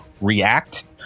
react